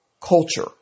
culture